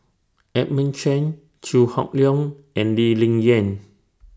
Edmund Chen Chew Hock Leong and Lee Ling Yen